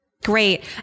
Great